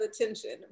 attention